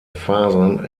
fasern